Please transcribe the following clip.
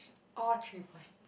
all three points